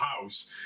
house